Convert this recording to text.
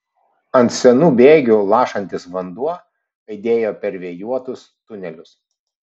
ant senų bėgių lašantis vanduo aidėjo per vėjuotus tunelius